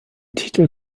titel